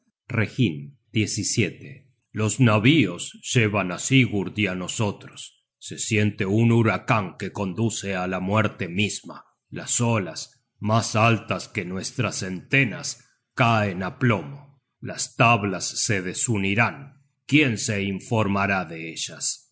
tempestad reginn los navíos llevan á sigurd y á nosotros se siente un huracan que conduce á la muerte misma las olas mas altas que nuestras entenas caen á plomo las tablas se desunirán quién se informará de ellas